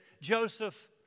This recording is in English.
Joseph